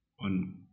on